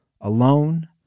alone